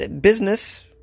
business